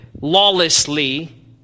lawlessly